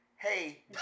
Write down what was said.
Hey